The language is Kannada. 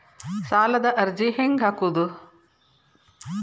ಸಾಲದ ಅರ್ಜಿ ಹೆಂಗ್ ಹಾಕುವುದು?